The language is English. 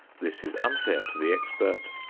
this is unfair to the expert,